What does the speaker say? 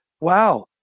wow